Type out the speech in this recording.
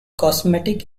cosmetic